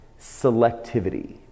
selectivity